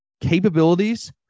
capabilities